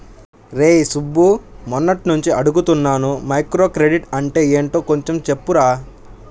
రేయ్ సుబ్బు, మొన్నట్నుంచి అడుగుతున్నాను మైక్రోక్రెడిట్ అంటే యెంటో కొంచెం చెప్పురా